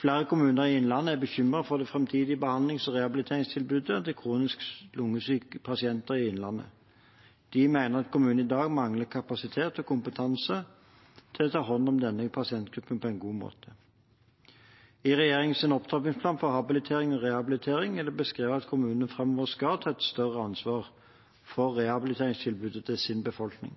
Flere kommuner i Innlandet er bekymret for det framtidige behandlings- og rehabiliteringstilbudet til kronisk lungesyke pasienter i Innlandet. De mener at kommunene i dag mangler kapasitet og kompetanse til å ta hånd om denne pasientgruppen på en god måte. I regjeringens opptrappingsplan for habilitering og rehabilitering er det beskrevet at kommunene framover skal ta et større ansvar for rehabiliteringstilbudet til sin befolkning.